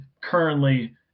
currently